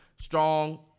strong